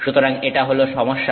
সুতরাং এটা হলো সমস্যা